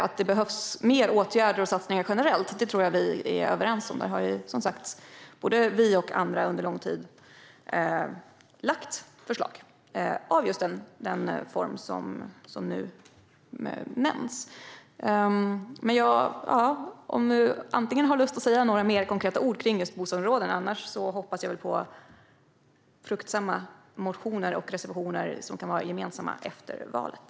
Att det behövs mer åtgärder och satsningar generellt tror jag att vi är överens om. Det har, som sagt, både vi och andra under lång tid lagt förslag om av just den form som nu nämns. Du kanske har lust att säga några mer konkreta ord just om bostadsområdena, Erik Slottner. Annars hoppas jag på fruktbara motioner och reservationer som kan vara gemensamma efter valet.